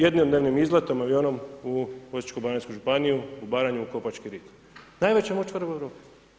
Jednodnevnim izletom, avionom u Osječko baranjsku županiju u Baranju, u Kopački Rit, najveća močvara u Europi.